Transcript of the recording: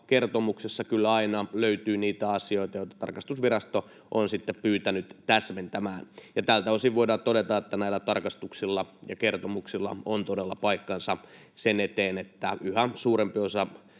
kertomuksesta kyllä aina löytyy niitä asioita, joita tarkastusvirasto on sitten pyytänyt täsmentämään. Tältä osin voidaan todeta, että näillä tarkastuksilla ja kertomuksilla on todella paikkansa sen suhteen, että yhä suurempi osa